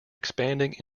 expanding